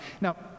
now